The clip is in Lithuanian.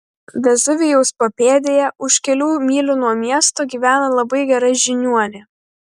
vezuvijaus papėdėje už kelių mylių nuo miesto gyvena labai gera žiniuonė